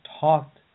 talked